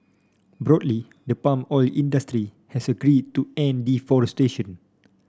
broadly the palm oil industry has agreed to end deforestation